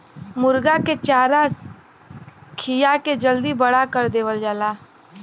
मुरगा के चारा खिया के जल्दी बड़ा कर देवल जाला